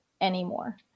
anymore